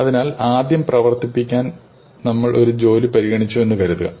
അതിനാൽ ആദ്യം പ്രവർത്തിപ്പിക്കാൻ നമ്മൾ ഒരു ജോലി പരിഗണിച്ചു എന്ന് കരുതുക